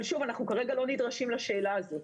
אבל שוב, אנחנו כרגע לא נדרשים לשאלה הזאת.